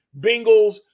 Bengals